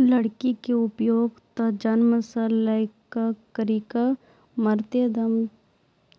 लकड़ी के उपयोग त जन्म सॅ लै करिकॅ मरते दम